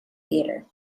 theatre